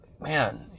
man